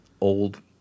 old